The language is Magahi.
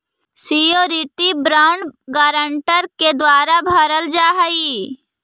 श्योरिटी बॉन्ड गारंटर के द्वारा भरल जा हइ